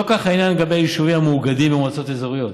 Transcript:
לא כך העניין לגבי היישובים המאוגדים במועצות אזוריות.